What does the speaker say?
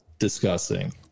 disgusting